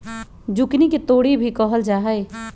zucchini के तोरी भी कहल जाहई